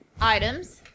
items